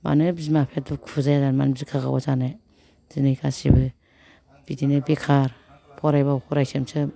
मानो बिमा बिफाया दुखु जाया जानो मानो बिखा गावा जानो दिनै गासिबो बिदिनो बेखार फरायबाबो फरायसोम सोम